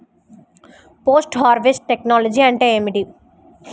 Post harvest technology అంటే ఏమిటి?